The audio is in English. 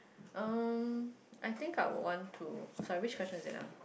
um I think out one to sorry which question is it ah